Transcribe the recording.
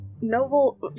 noble-